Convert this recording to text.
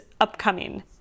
upcoming